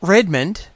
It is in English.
Redmond